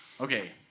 Okay